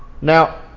now